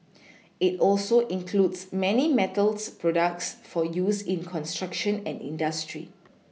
it also includes many metals products for use in construction and industry